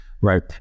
right